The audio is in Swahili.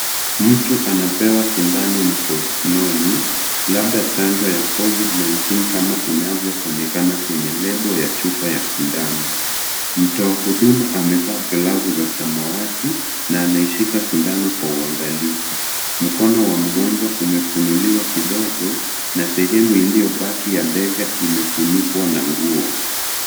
Mtu anapewa sindano mkononi labda chanjo ya Covid-19 kama inavyoonekana kwenye lebo ya chupa ya sindano. Mtoa huduma amevaa glavu za samawati na anaishika sindano kwa uangalifu. Mkono wa mgonjwa umefunuliwa kidogo na sehemu iliyobaki ya bega imefunikwa na nguo.